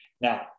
Now